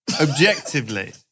Objectively